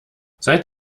seid